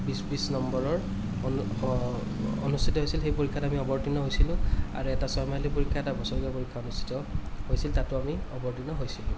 বিছ বিছ নম্বৰৰ অনু অনুষ্ঠিত হৈছিল সেই পৰীক্ষাত আমি অৱতীৰ্ণ হৈছিলোঁ আৰু এটা ছয়মাহিলি পৰীক্ষা এটা আৰু বছৰেকীয়া পৰীক্ষা এটা অনুষ্ঠিত হৈছিল তাতো আমি অৱতীৰ্ণ হৈছিলোঁ